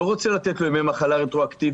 אני לא רוצה לתת לו ימי מחלה רטרואקטיביים,